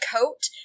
coat